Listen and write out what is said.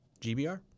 GBR